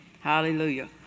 Hallelujah